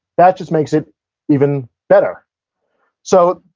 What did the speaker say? that just makes it even better so,